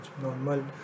normal